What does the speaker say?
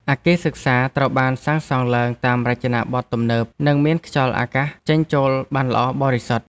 អគារសិក្សាត្រូវបានសាងសង់ឡើងតាមរចនាបថទំនើបនិងមានខ្យល់អាកាសចេញចូលបានល្អបរិសុទ្ធ។